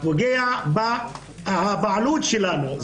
פוגע בבעלות שלנו.